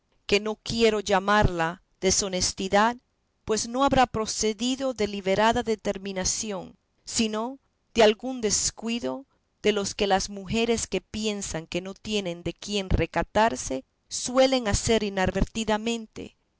que no quiero llamarla deshonestidad pues no habrá procedido de deliberada determinación sino de algún descuido de los que las mujeres que piensan que no tienen de quién recatarse suelen hacer inadvertidamente